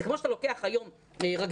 זה כמו שאתה לוקח היום רקדן,